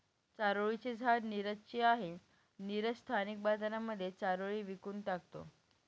चारोळी चे झाड नीरज ची आहे, नीरज स्थानिक बाजारांमध्ये चारोळी विकून टाकतो